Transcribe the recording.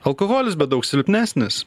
alkoholis bet daug silpnesnis